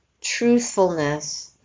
truthfulness